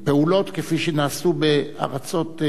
פעולות, כפי שנעשו בארצות,